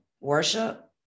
worship